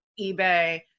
eBay